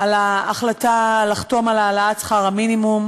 על ההחלטה לחתום על העלאת שכר המינימום,